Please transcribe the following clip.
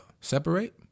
separate